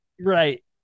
Right